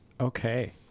okay